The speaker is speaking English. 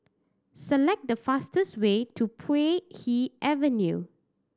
select the fastest way to Puay Hee Avenue